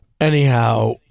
anyhow